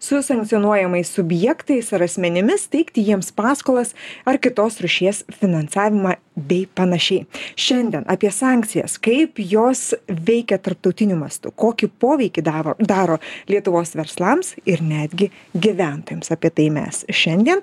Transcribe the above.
su sankcionuojamais subjektais ar asmenimis teikti jiems paskolas ar kitos rūšies finansavimą bei panašiai šiandien apie sankcijas kaip jos veikia tarptautiniu mastu kokį poveikį davo daro lietuvos verslams ir netgi gyventojams apie tai mes šiandien